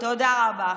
תודה רבה.